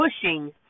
pushing